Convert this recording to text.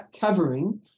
covering